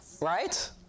Right